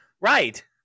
Right